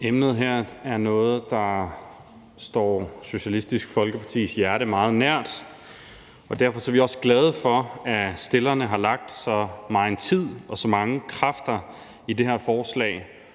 Emnet her er noget, der står Socialistisk Folkepartis hjerte meget nært, og derfor er vi også glade for, at stillerne har lagt så megen tid og så mange kræfter i det her forslag,